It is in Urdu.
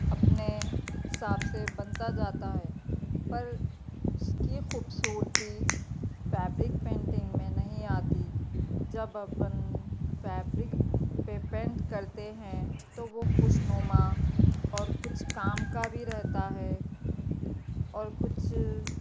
اپنے حساب سے بنتا جاتا ہے پر اس کی خوبصورتی فیبرک پینٹنگ میں نہیں آتی جب اپن فیبرک پہ پینٹ کرتے ہیں تو وہ خوشنماں اور کچھ کام کا بھی رہتا ہے اور کچھ